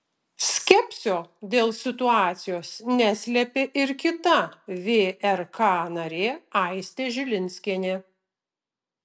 skepsio dėl situacijos neslėpė ir kita vrk narė aistė žilinskienė